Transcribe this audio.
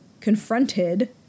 confronted